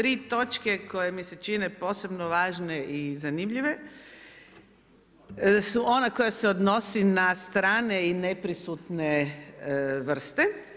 3 točke koje mi se čine, posebno važne i zanimljive, su one koje se odnosi na strane i neprisutne vrste.